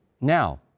now